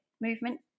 movement